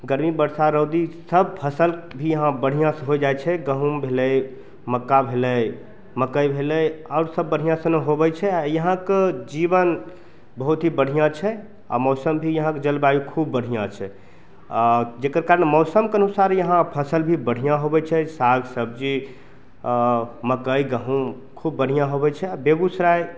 गरमी बर्षा रौदी सब फसल भी यहाँ बढ़िऑं होइ जाइ छै गहूॅंम भेलै मक्का भेलै मकइ भेलै आओर सब बढ़िऑं सऽ होबै छै यहाँके जीवन बहुत ही बढ़िऑं छै आ मौसम भी यहाँके जलवायु खूब बढ़िऑं छै आ जेकर कारण मौसमके अनुसार यहाँ फसल भी बढ़िऑं होइ छै साग सब्जी आ मकइ गहूॅंम खूब बढ़िऑं होइ छै आ बेगूसराय